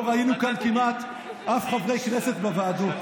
ראינו כאן כמעט אף חבר כנסת בוועדות?